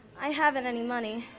i haven't any money.